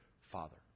father